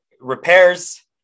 Repairs